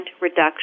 reduction